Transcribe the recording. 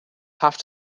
have